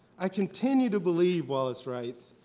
i continue to believe, wallace writes,